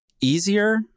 easier